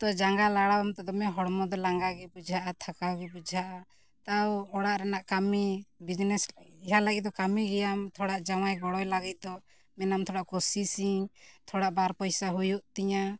ᱛᱚ ᱡᱟᱸᱜᱟ ᱞᱟᱲᱟᱣ ᱟᱢ ᱛᱮᱫᱚ ᱫᱚᱢᱮ ᱦᱚᱲᱢᱚ ᱫᱚ ᱞᱟᱸᱜᱟ ᱜᱮ ᱵᱩᱡᱷᱟᱹᱜᱼᱟ ᱛᱷᱟᱠᱟᱣ ᱜᱮ ᱵᱩᱡᱷᱟᱹᱜᱼᱟ ᱛᱟᱣ ᱚᱲᱟᱜ ᱨᱮᱱᱟᱜ ᱠᱟᱹᱢᱤ ᱤᱭᱟᱹ ᱞᱟᱹᱜᱤᱫ ᱫᱚ ᱠᱟᱹᱢᱤ ᱜᱮᱭᱟᱢ ᱛᱷᱚᱲᱟ ᱡᱟᱶᱟᱭ ᱜᱚᱲᱚᱭ ᱞᱟᱹᱜᱤᱫ ᱫᱚ ᱢᱮᱱᱟᱢ ᱛᱷᱚᱲᱟ ᱠᱩᱥᱤᱧ ᱛᱷᱚᱲᱟ ᱵᱟᱨ ᱯᱚᱭᱥᱟ ᱦᱩᱭᱩᱜ ᱛᱤᱧᱟᱹ